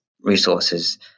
resources